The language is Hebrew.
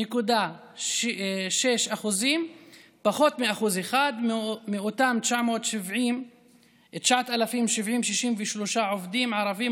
0.6% פחות מ-1% מאותם 9,763 עובדים ערבים,